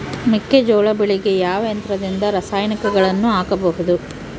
ಮೆಕ್ಕೆಜೋಳ ಬೆಳೆಗೆ ಯಾವ ಯಂತ್ರದಿಂದ ರಾಸಾಯನಿಕಗಳನ್ನು ಹಾಕಬಹುದು?